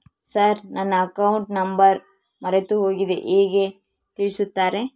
Sir ನನ್ನ account number ಮರೆತುಹೋಗಿದೆ ಹೇಗೆ ತಿಳಿಸುತ್ತಾರೆ?